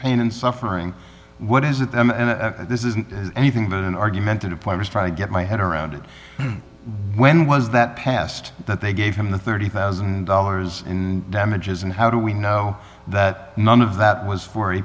pain and suffering what is it that this isn't anything but an argumentative point was trying to get my head around it when was that past that they gave him the thirty thousand dollars in damages and how do we know that none of that was for a